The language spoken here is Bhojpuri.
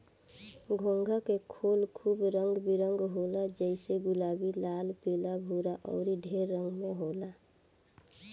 घोंघा के खोल खूब रंग बिरंग होला जइसे गुलाबी, लाल, पीला, भूअर अउर ढेर रंग में होला